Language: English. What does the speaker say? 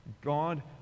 God